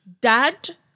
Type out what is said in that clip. Dad